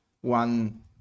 one